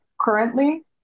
currently